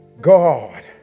God